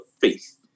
faith